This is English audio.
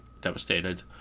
devastated